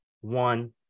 one